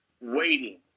waiting